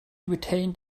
retained